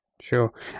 Sure